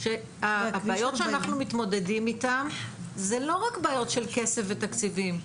שהבעיות שאנחנו מתמודדים איתן זה לא רק בעיות של כסף ותקציבים.